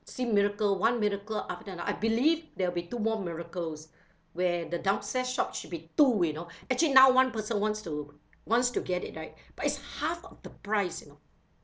see miracle one miracle after another I believe there will be two more miracles where the downstairs shop should be two you know actually now one person wants to wants to get it right but it's half of the price you know